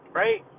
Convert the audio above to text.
right